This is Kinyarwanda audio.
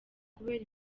kubera